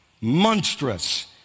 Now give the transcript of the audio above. monstrous